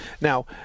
Now